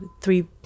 three